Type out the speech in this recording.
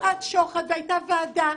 הייתה ועדה.